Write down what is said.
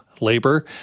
labor